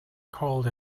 cold